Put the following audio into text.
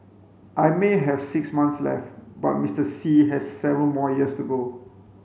I may have six months left but Mr Xi has seven more years to go